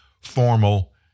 formal